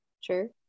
sure